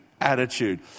attitude